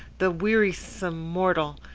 the wearisome mortal!